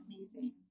Amazing